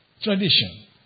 tradition